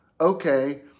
Okay